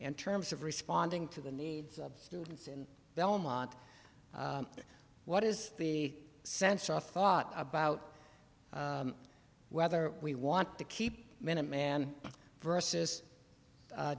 in terms of responding to the needs of students in belmont what is the sense of thought about whether we want to keep minuteman versus